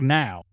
now